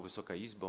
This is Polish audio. Wysoka Izbo!